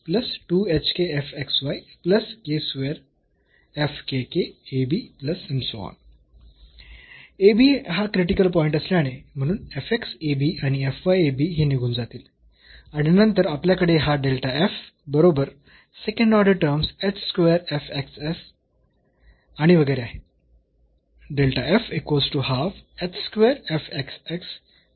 हा critical point असल्याने म्हणून आणि हे निघून जातील आणि नंतर आपल्याकडे हा बरोबर सेकंड ऑर्डर टर्म्स आणि वगैरे आहे